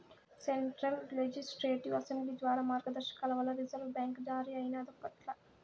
central legislative assembly ద్వారా మార్గదర్శకాల వల్ల రిజర్వు బ్యాంక్ జారీ అయినాదప్పట్ల